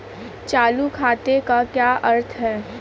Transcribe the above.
चालू खाते का क्या अर्थ है?